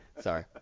Sorry